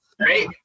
right